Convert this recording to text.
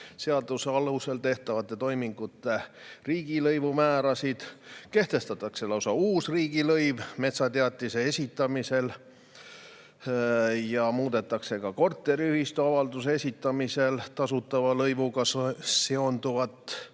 seaduse alusel tehtavate toimingute riigilõivu määrasid, kehtestatakse lausa uus riigilõiv metsateatise esitamisel, muudetakse ka korteriühistu avalduse esitamisel maksekäsu kiirmenetluse